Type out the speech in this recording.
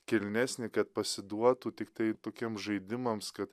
kilnesni kad pasiduotų tiktai tokiems žaidimams ka